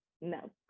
no